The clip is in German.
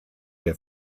der